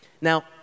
Now